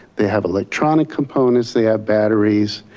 they have electronic components. they have batteries.